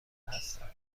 هستند